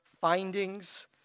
findings